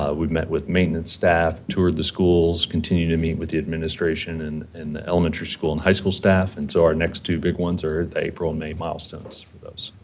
ah we met with maintenance staff, toured the schools, continue to meet with the administration and and the elementary school and high school staff, and so, our next two big ones are the april and may milestones of those.